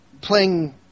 playing